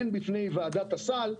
הן בפני ועדת הסל.